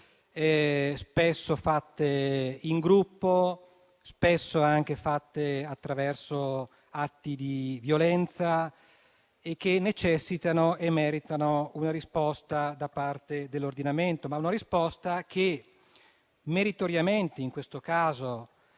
spesso fatte in gruppo, spesso anche fatte attraverso atti di violenza e che necessitano e meritano una risposta da parte dell'ordinamento. A differenza di quanto è